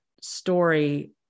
story